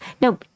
No